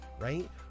right